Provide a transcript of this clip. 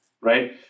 Right